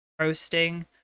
roasting